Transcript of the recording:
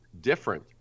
different